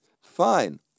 fine